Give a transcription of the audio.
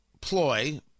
ploy